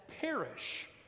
perish